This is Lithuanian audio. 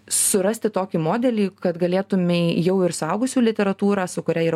surasti tokį modelį kad galėtumei jau ir suaugusių literatūrą su kuria ir